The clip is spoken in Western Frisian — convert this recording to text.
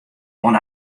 oant